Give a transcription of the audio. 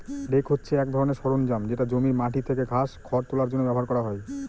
rake হছে এক ধরনের সরঞ্জাম যেটা জমির মাটি থেকে ঘাস, খড় তোলার জন্য ব্যবহার করা হয়